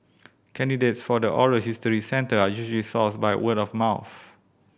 candidates for the oral history centre are usually sourced by word of mouth